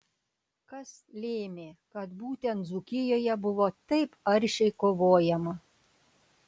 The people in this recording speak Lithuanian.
kas lėmė kad būtent dzūkijoje buvo taip aršiai kovojama